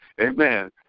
Amen